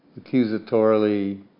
accusatorily